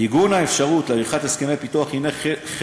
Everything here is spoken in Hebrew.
עיגון האפשרות לעריכת הסכמי פיתוח הנו